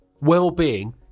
well-being